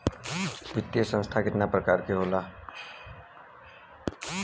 वित्तीय संस्था कितना प्रकार क होला?